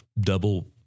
double